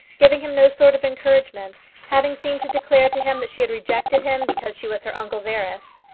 giving him no sort of encouragement, having seemed to declare to him that she had rejected him because she was her uncle's heiress.